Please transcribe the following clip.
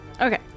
Okay